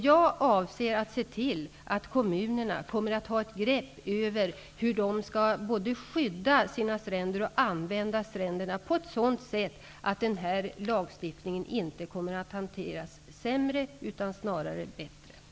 Jag avser att se till att kommunerna kommer att ha ett grepp både över hur de skall skydda sina stränder och hur de skall använda stränderna på sådant sätt att den här lagstiftningen inte kommer att innebära sämre hantering, utan snarare bättre.